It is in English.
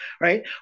right